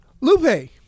Lupe